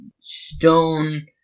stone